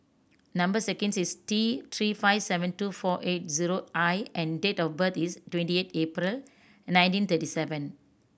number sequence is T Three five seven two four eight zero I and date of birth is twenty eight April nineteen thirty seven